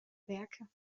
werke